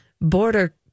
Border